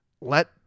let